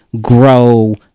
grow